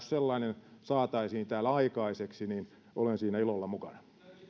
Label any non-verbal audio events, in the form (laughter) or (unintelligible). (unintelligible) sellainen saataisiin täällä aikaiseksi niin olen siinä ilolla mukana